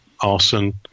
Arson